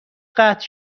قطع